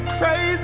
crazy